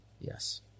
Yes